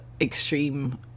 extreme